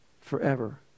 Forever